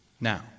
now